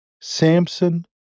Samson